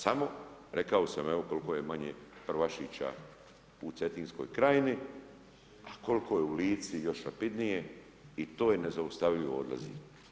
Samo rekao sam evo, koliko je manje prvašića u Cetinskoj krajini, a koliko je u Lici, još rapidnije i to nezaustavljivo odlazi.